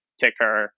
ticker